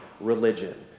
religion